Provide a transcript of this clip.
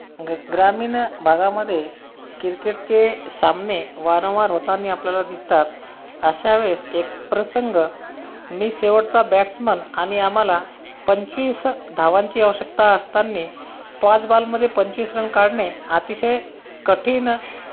ग्र ग्रामीण भागामध्ये किरकेटचे सामने वारंवार होताना आपल्याला दिसतात अशावेळेस एक प्रसंग मी शेवटचा बॅटसमन आणि आम्हाला पंचवीस धावांची आवश्यकता असताना पाच बॉलमध्ये पंचवीस रन काढणे अतिशय कठीण